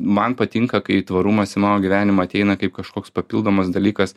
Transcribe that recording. man patinka kai tvarumas į mano gyvenimą ateina kaip kažkoks papildomas dalykas